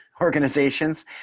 organizations